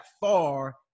far